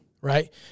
right